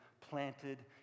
planted